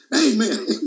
Amen